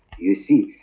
you see?